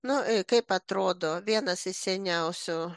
nu kaip atrodo vienas iš seniausių